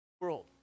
world